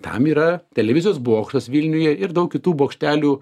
tam yra televizijos bokštas vilniuje ir daug kitų bokštelių